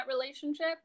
relationship